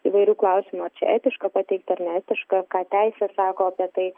įvairių klausimų ar čia etiška pateikt ar neetiška ką teisė sako apie tai